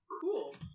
Cool